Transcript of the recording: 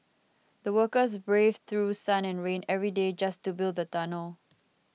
the workers braved through sun and rain every day just to build the tunnel